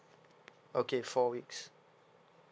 okay four weeks